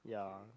yeah